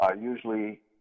usually